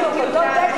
העלות היא אותה עלות,